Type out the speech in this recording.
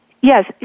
Yes